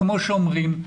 כמו שאומרים,